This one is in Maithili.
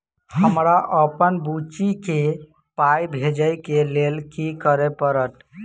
हमरा अप्पन बुची केँ पाई भेजइ केँ लेल की करऽ पड़त?